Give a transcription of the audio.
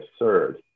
absurd